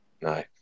No